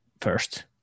first